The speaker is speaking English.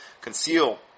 conceal